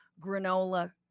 granola